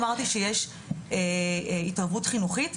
אמרתי שיש התערבות חינוכית,